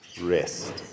rest